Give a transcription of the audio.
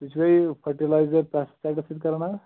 تُہۍ چھِوٕ یہِ فٕٹِلایزَر پٮ۪سٹِسایِڈَس سۭتۍ کَران حظ